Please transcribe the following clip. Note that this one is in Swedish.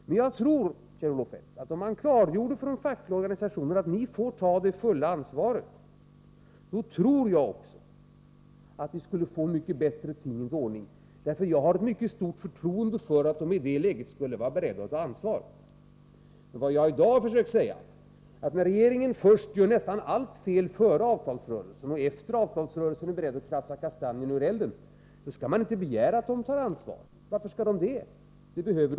Om man för de fackliga organisationerna klargjorde att de får ta det fulla ansvaret, tror jag att vi skulle få en mycket bättre tingens ordning. Jag tror säkert att de i det läget skulle vara beredda att ta ansvar. Vad jag i dag har försökt säga är, att när regeringen gör nästan allting fel före avtalsrörelsen och efter avtalsrörelsen är beredd att kratsa kastanjerna ur elden, skall man inte begära att arbetsmarknadens parter skall ta ansvar.